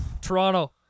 Toronto